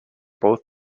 both